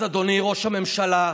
אז אדוני ראש הממשלה,